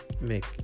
make